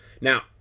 Now